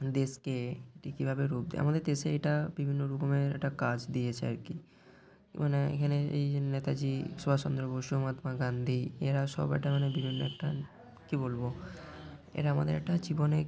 দেশকে এটি কীভাবে রূপ দেয় আমাদের দেশে এটা বিভিন্ন রূপমের এটা কাজ দিয়েছে আর কী মানে এখানের এই নেতাজি সুভাষচন্দ্র বসু মহাত্মা গান্ধী এরা সব একটা মানে বিভিন্ন একটা কী বলব এরা আমাদের একটা জীবনে